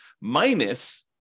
minus